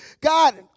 God